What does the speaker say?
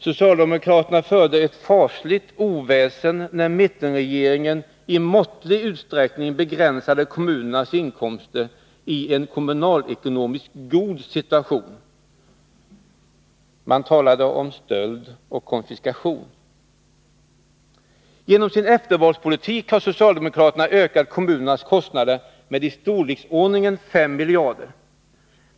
Socialdemokraterna förde ett fasligt oväsen när mittenregeringen i måttlig utsträckning begränsade kommunernas inkomster i en kommunalekonomiskt god situation. Man talade om stöld och konfiskation. Genom sin eftervalspolitik har socialdemokraterna ökat kommunernas kostnader med i storleksordningen 5 miljarder.